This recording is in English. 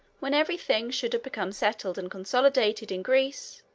when every thing should have become settled and consolidated in greece,